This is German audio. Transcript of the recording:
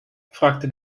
fragte